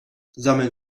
sammeln